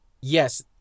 Yes